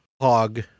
hog